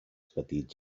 petits